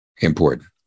important